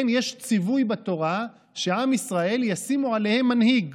כן, יש ציווי בתורה שעם ישראל ישימו עליהם מנהיג.